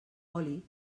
oli